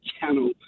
channel